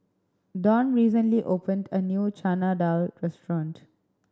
Don recently opened a new Chana Dal restaurant